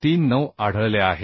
2439 आढळले आहे